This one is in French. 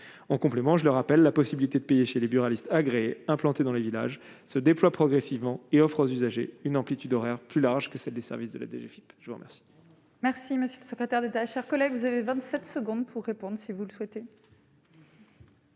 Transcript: en complément, je le rappelle, la possibilité de payer chez les buralistes agréés implanté dans les villages se déploie progressivement et offre aux usagers une amplitude horaire plus large que celle des services de la DGFIP, je vous remercie. Merci monsieur le secrétaire d'État, chers collègues, vous avez 27 secondes pour répondre et si vous le souhaitez.